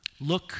look